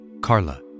Carla